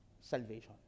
salvation